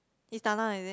Istana is it